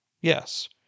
Yes